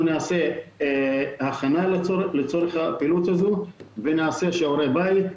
אנחנו נעשה הכנה לצורך הפעילות הזאת ונעשה שיעורי בית.